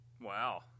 Wow